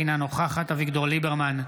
אינה נוכחת אביגדור ליברמן,